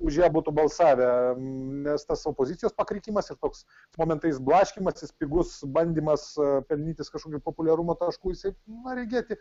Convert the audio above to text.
už ją būtų balsavę nes tas opozicijos pakrikimas ir toks momentais blaškymasis pigus bandymas pelnytis kažkokių populiarumo taškų jisai nu regėti